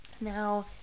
Now